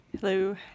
Hello